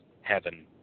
heaven